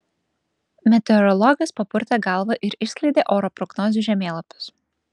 meteorologas papurtė galvą ir išskleidė oro prognozių žemėlapius